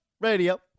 Radio